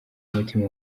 umutima